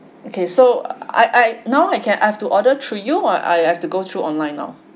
okay so I I now I can I have to order through you or I'll have to go through online now